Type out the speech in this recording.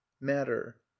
matter